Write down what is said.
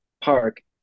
park